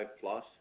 plus